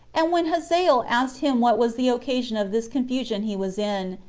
and when hazael asked him what was the occasion of this confusion he was in,